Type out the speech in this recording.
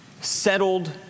settled